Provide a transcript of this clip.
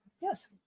Yes